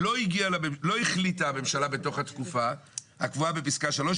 לא החליטה הממשלה בתוך התקופה הקבועה בפסקה 3,